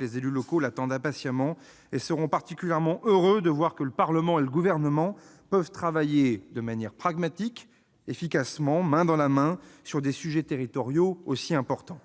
Les élus locaux attendent impatiemment cette mesure et seront particulièrement heureux de constater que le Parlement et le Gouvernement peuvent travailler de manière pragmatique, efficacement, main dans la main, sur des sujets territoriaux aussi importants.